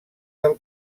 del